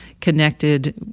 connected